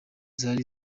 zari